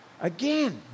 Again